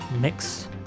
mix